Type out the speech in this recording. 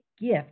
gift